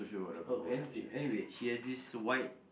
oh anything anyway she has this white